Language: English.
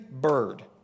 bird